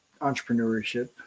entrepreneurship